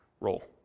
role